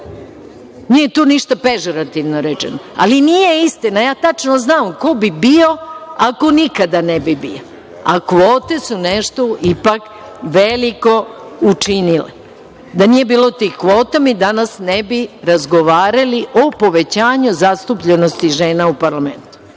Nije tu ništo pežorativno rečeno, ali nije istina. Ja tačno znam ko bi bio a ko nikada ne bi bio. A kvote su nešto ipak veliko učinile. Da nije bilo tih kvota mi danas ne bi razgovarali o povećanju zastupljenosti žena u parlamentu. Neko